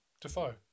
Defoe